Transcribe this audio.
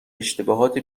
اشتباهات